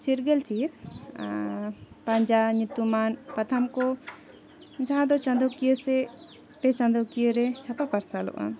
ᱪᱤᱨᱜᱟᱹᱞ ᱪᱤᱨ ᱯᱟᱸᱡᱟ ᱧᱩᱛᱩᱢᱟᱱ ᱯᱟᱛᱷᱟᱢ ᱠᱚ ᱡᱟᱦᱟᱸ ᱫᱚ ᱪᱟᱸᱫᱳᱠᱤᱭᱟᱹ ᱥᱮ ᱯᱮ ᱪᱟᱸᱫᱳᱠᱤᱭᱟᱹᱨᱮ ᱪᱷᱟᱯᱟ ᱯᱟᱨᱥᱟᱞᱚᱜᱼᱟ